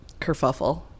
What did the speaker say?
kerfuffle